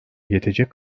yetecek